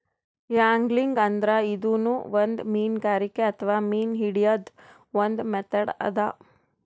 angling ಅಂದ್ರ ಇದೂನು ಒಂದ್ ಮೀನ್ಗಾರಿಕೆ ಅಥವಾ ಮೀನ್ ಹಿಡ್ಯದ್ದ್ ಒಂದ್ ಮೆಥಡ್ ಅದಾ